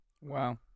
Wow